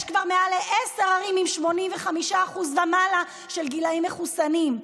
יש כבר יותר מעשר ערים עם 85% ומעלה בגילים המחוסנים.